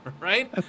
Right